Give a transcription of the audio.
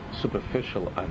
superficial